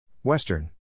Western